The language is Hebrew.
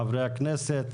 חברי הכנסת,